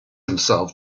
himself